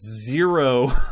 zero